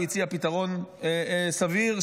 הוא הציע פתרון סביר,